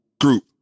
group